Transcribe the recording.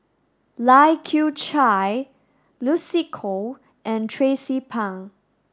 Lai Kew Chai Lucy Koh and Tracie Pang